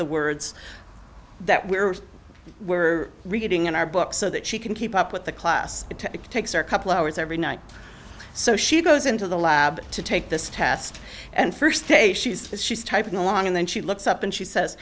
the words that we were reading in our books so that she can keep up with the class it takes or couple hours every night so she goes into the lab to take this test and first day she says she's typing along and then she looks up and she says